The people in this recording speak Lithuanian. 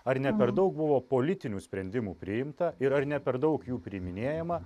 ar ne per daug buvo politinių sprendimų priimta ir ar ne per daug jų priiminėjama